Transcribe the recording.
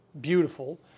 beautiful